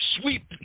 sweep